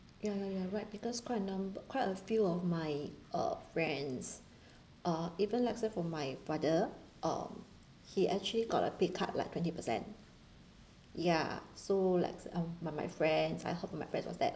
ya ya ya right because quite a num~ quite a few of my uh friends uh even let's say for my father uh he actually got a pay cut like twenty percent ya so like um my my friends I heard my friends was that